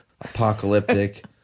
apocalyptic